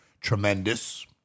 Tremendous